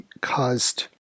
caused